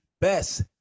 best